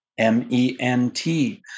M-E-N-T